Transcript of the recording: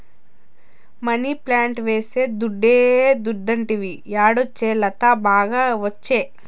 money plant వేస్తే దుడ్డే దుడ్డంటివి యాడొచ్చే లత, బాగా ఒచ్చే